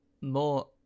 More